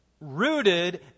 rooted